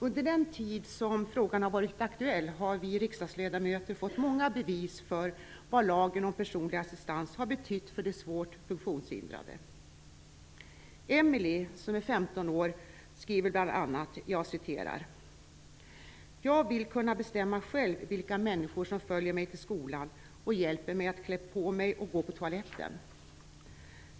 Under den tid som frågan har varit aktuell har vi riksdagsledamöter fått många bevis på vad lagen om personlig assistans har betytt för de svårt funktionshindrade. Emelie, som är 15 år, skriver bl.a.: "Jag vill kunna bestämma själv vilka människor som följer mig till skolan och hjälper mig med att klä mig och gå på toaletten".